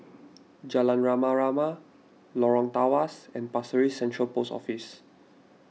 Jalan Rama Rama Lorong Tawas and Pasir Ris Central Post Office